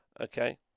Okay